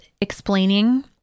explaining